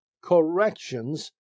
corrections